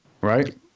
right